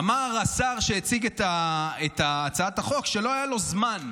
אמר השר שהציג את הצעת החוק שלא היה לו זמן.